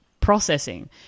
processing